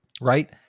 Right